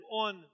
on